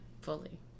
fully